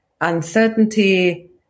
uncertainty